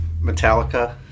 Metallica